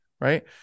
right